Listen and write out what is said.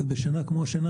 בשנה הזאת,